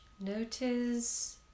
notice